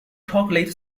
chocolate